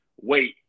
wait